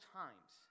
times